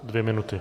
Dvě minuty.